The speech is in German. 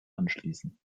anschließen